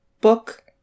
book